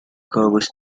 covers